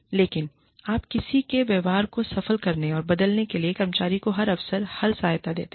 लेकिन आप किसी के व्यवहार को सफल करने और बदलने के लिए कर्मचारी को हर अवसर और हर सहायता देते हैं